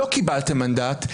לא קיבלתם מנדט,